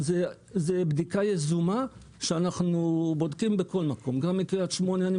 זאת בדיקה יזומה שאנחנו בודקים בכל מקום אני מגיע לקרית שמונה,